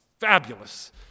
fabulous